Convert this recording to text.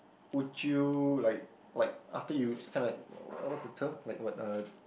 would you like like after you kind of like w~ what's the term like what uh